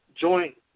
joint